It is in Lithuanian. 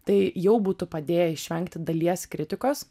tai jau būtų padėję išvengti dalies kritikos